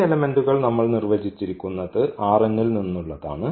ഈ എലമെന്റ്കൾ നമ്മൾ നിർവചിച്ചിരിക്കുന്നത് ൽ നിന്നുള്ളതാണ്